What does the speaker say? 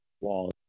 wall